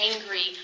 angry